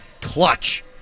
Clutch